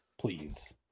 please